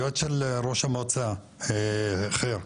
היועץ של ראש המועצה, ח'יר,